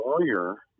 lawyer